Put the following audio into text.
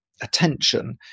attention